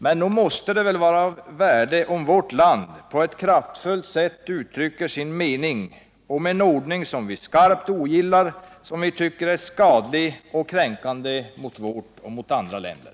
Men nog måste det väl vara av värde om vårt land på ett kraftfullt sätt uttrycker sin mening om en ordning som vi skarpt ogillar och som vi tycker är skadlig och kränkande för vårt land och andra länder?